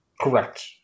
Correct